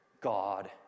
God